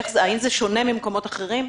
האם זה שונה ממקומות אחרים?